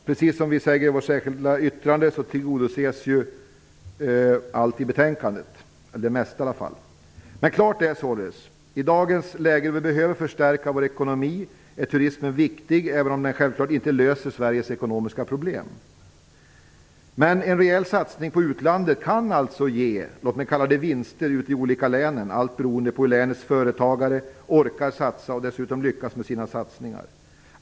Precis som vi säger i vårt särskilda yttrande tillgodoses det mesta i betänkandet. Men klart är således att i dagens läge, då vi behöver förstärka vår ekonomi, är turismen viktig även om den självklart inte löser Sveriges ekonomiska problem. En rejäl satsning på utlandet kan alltså ge vad jag vill kalla vinster ute i de olika länen, allt beroende på hur länens företagare orkar satsa - och dessutom lyckas med sina satsningar.